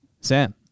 Sam